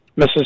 Mrs